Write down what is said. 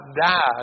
died